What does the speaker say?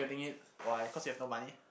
why cause you have no money